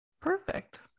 perfect